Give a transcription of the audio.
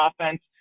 offense